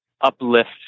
uplift